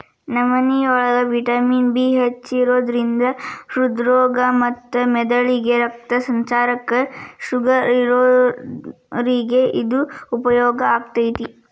ನವನಿಯೋಳಗ vitamin B ಹೆಚ್ಚಿರೋದ್ರಿಂದ ಹೃದ್ರೋಗ ಮತ್ತ ಮೆದಳಿಗೆ ರಕ್ತ ಸಂಚಾರಕ್ಕ, ಶುಗರ್ ಇದ್ದೋರಿಗೆ ಇದು ಉಪಯೋಗ ಆಕ್ಕೆತಿ